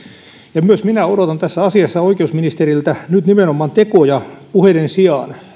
ja myös minä odotan tässä asiassa oikeusministeriltä nyt nimenomaan tekoja puheiden sijaan